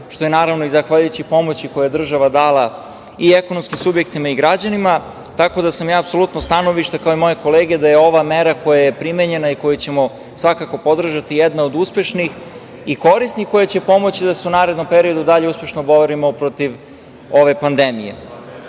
što je naravno i zahvaljujući pomoći koje je država dala i ekonomskim subjektima i građanima. Tako da sam ja apsolutnog stanovišta, kao i moje kolege da je ova mera koja je primenjena i koju ćemo svakako podržati jedna od uspešnih i korisnih, koja će pomoći da se u narednom periodu uspešno borimo protiv ove pandemije. Naravno,